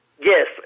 Yes